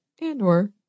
and/or